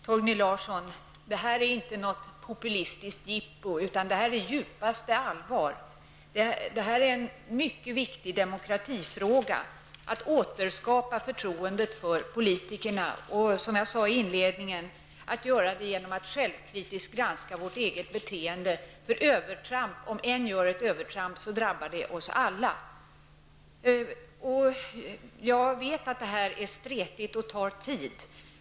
Herr talman! Det här är inte något populistiskt jippo, Torgny Larsson, utan det här är djupaste allvar. Det är en mycket viktig demokratifråga, att återskapa förtroendet för politikerna och, som jag sade i min inledning, göra det genom att självkritiskt granska vårt eget beteende. Om en gör ett övertramp, så drabbar det oss alla. Jag vet att det här är stretigt och tar tid.